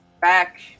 back